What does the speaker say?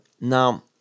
Now